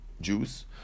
Jews